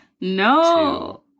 No